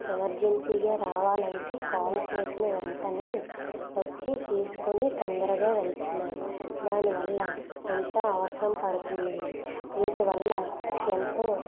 ఎమర్జెన్సీగా రావాలంటే కాల్ చేసిన వెంటనే వచ్చి తీసుకొని తొందరగా వెళుతున్నారు దానివల్ల ఎంతో అవసరం పడుతున్నాయి వీటివల్ల ఎంతో